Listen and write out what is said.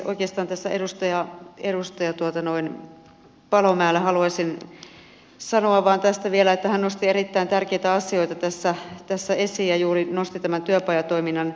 oikeastaan tässä edustaja paloniemelle haluaisin sanoa vaan tästä vielä että hän nosti erittäin tärkeitä asioita tässä esille ja juuri nosti tämän työpajatoiminnan